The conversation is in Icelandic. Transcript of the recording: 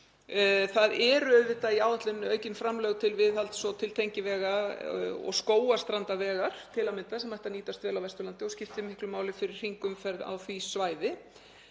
Það eru auðvitað í áætluninni aukin framlög til viðhalds og til tengivega og til Skógarstrandarvegar sem ættu að nýtast vel á Vesturlandi og skipta miklu máli fyrir hringumferð á því svæði.